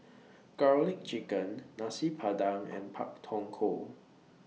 Garlic Chicken Nasi Padang and Pak Thong Ko